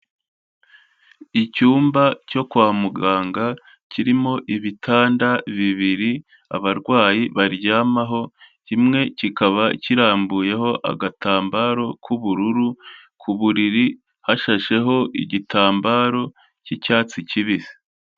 Icyumba cyo kwa muganga kirimo ibitanda bibiri abarwayi baryamaho kimwe kikaba kirambuyeho agatambaro k'ubururu ku buriri hashasheho igitambaro cy'icyatsi kibisi.